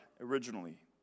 originally